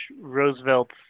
Roosevelt